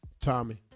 Tommy